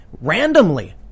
Randomly